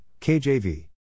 KJV